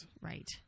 Right